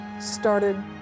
started